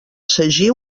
sagí